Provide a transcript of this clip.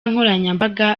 nkoranyambaga